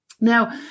Now